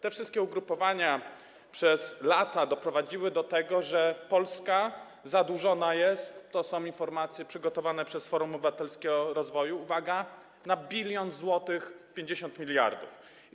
Te wszystkie ugrupowania przez lata doprowadziły do tego, że Polska jest zadłużona - to są informacje przygotowane przez Forum Obywatelskiego Rozwoju - uwaga, na 1050 mld zł.